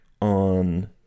on